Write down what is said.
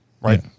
right